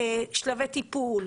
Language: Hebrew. שלבי טיפול.